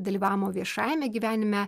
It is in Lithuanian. dalyvavimo viešajame gyvenime